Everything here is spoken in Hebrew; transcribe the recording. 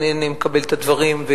ואני מקבלת את הדברים,